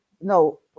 No